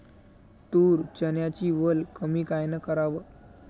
तूर, चन्याची वल कमी कायनं कराव?